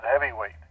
heavyweight